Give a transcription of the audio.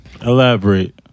Elaborate